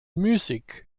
müßig